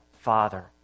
Father